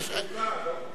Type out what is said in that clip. צריך חוקה, לא חוקים.